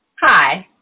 Hi